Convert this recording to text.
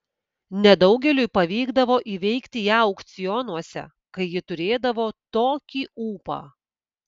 nedaugeliui pavykdavo įveikti ją aukcionuose kai ji turėdavo tokį ūpą